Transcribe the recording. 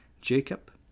Jacob